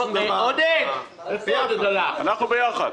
אנחנו ביחד.